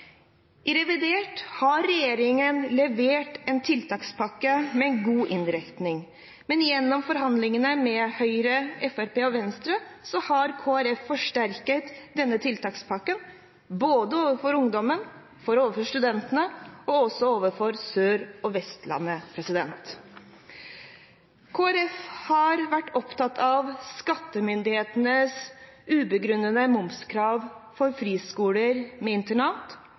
I revidert har regjeringen levert en tiltakspakke med en god innretning, men gjennom forhandlingene med Høyre, Fremskrittspartiet og Venstre har Kristelig Folkeparti forsterket denne tiltakspakken både overfor ungdommen, overfor studentene og også overfor Sør- og Vestlandet. Kristelig Folkeparti har vært opptatt av skattemyndighetenes ubegrunnede momskrav for friskoler med internat